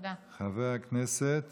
חבר הכנסת